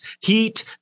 heat